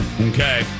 Okay